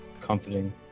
comforting